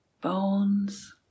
bones